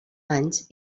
anys